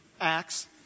Acts